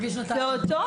פעוטות.